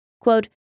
Quote